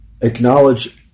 acknowledge